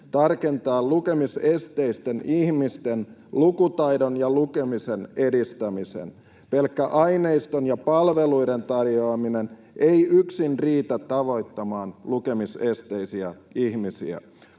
tarkentaa lukemisesteisten ihmisten lukutaidon ja lukemisen edistämistä. Pelkkä aineiston ja palveluiden tarjoaminen ei yksin riitä tavoittamaan lukemisesteisiä ihmisiä.